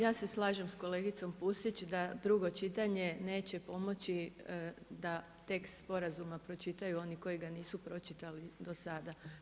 Ja se slažem s kolegicom Pusić, da drugo čitanje neće pomoći da tekst sporazuma pročitaju oni koji ga nisu pročitali do sada.